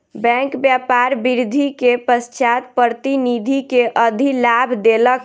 bank व्यापार वृद्धि के पश्चात प्रतिनिधि के अधिलाभ देलक